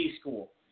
school